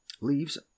leaves